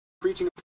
preaching